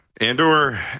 andor